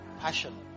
Passion